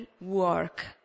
work